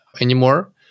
anymore